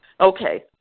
Okay